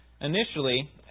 initially